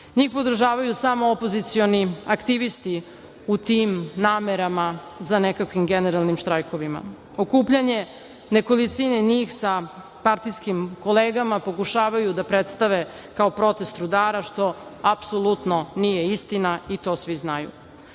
podržavaju samo opozicioni aktivisti u tim namerama za nekakvim generalnim štrajkovima. Okupljanje nekolicine njih sa partijskim kolegama pokušavaju da predstave kao protest rudara, što apsolutno nije istina i to svi znaju. Rudari